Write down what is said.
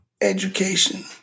education